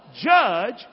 judge